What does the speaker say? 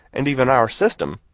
and even our system.